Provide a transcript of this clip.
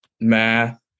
math